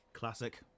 Classic